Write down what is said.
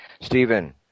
Stephen